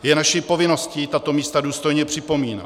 Je naší povinností tato místa důstojně připomínat.